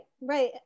right